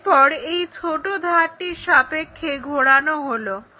এরপর এই ছোট ধারটির সাপেক্ষে ঘোরানো হলো